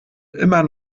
immer